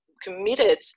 committed